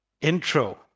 intro